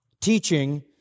teaching